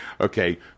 Okay